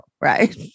Right